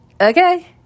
Okay